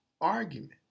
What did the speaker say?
argument